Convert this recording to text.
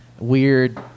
Weird